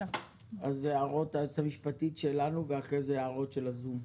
אז הערות היועצת המשפטית שלנו ואחרי זה ההערות של הזום.